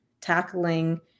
tackling